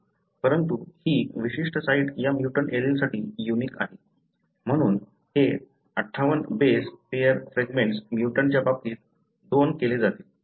परंतु ही विशिष्ट साइट या म्युटंट एलीलसाठी युनिक आहे म्हणून हे 58 बेस पेअर फ्रॅगमेंट्स म्युटंटच्या बाबतीत दोन केले जातील